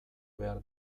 behar